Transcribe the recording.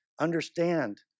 understand